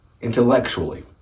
intellectually